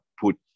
put